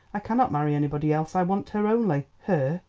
i cannot marry anybody else, i want her only. her?